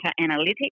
analytics